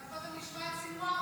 אולי קודם נשמע את סנוואר,